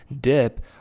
dip